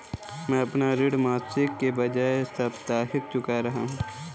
मैं अपना ऋण मासिक के बजाय साप्ताहिक चुका रहा हूँ